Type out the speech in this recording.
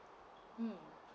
um